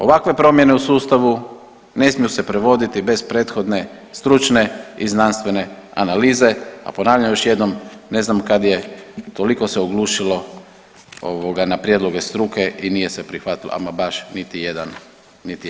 Ovakve promjene u sustavu ne smiju se provoditi bez prethodne stručne i znanstvene analize, a ponavljam još jednom, ne znam kad je toliko se oglušilo na prijedloge struke i nije se prihvatilo ama baš niti jedan prijedlog.